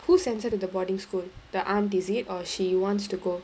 who sends her to the boarding school the aunt is it or she wants to go